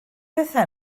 pethau